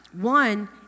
One